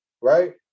right